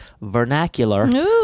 vernacular